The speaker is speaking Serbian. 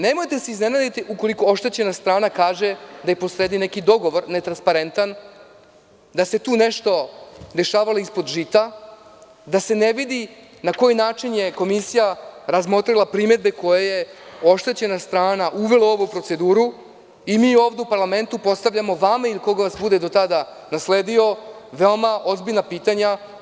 Nemojte se iznenaditi ukoliko oštećena strana kaže da je po sredi neki netransparentan dogovor, da se tu nešto dešavalo ispod žita, da se ne vidi na koji način je komisija razmotrila primedbe koje je oštećena strana uvela u ovu proceduru, a mi ovde u parlamentu postavljamo vama ili onome ko vas bude do tada nasledio veoma ozbiljna pitanja.